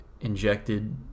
injected